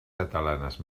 catalanes